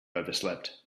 overslept